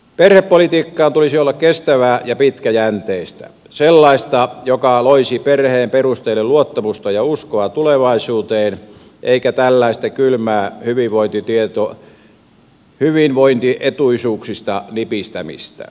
perhepolitiikan tulisi olla kestävää ja pitkäjänteistä sellaista joka loisi perheen perustajille luottamusta ja uskoa tulevaisuuteen eikä tällaista kylmää hyvinvointietuisuuksista nipistämistä